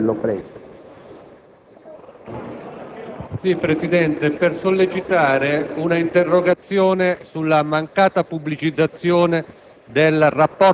riguardante il decreto sulle cosiddette liberalizzazioni,